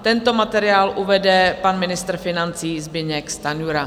Tento materiál uvede pan ministr financí Zbyněk Stanjura.